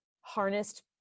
harnessed